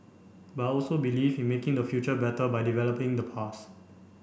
but I also believe in making the future better by developing the past